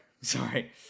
sorry